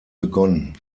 begonnen